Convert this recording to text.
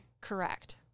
Correct